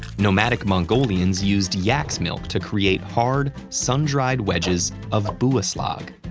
nomadic mongolians used yaks' milk to create hard, sundried wedges of byaslag.